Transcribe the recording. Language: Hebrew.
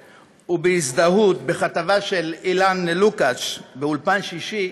ובהזדהות בכתבה של אילן לוקאץ' באולפן שישי,